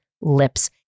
lips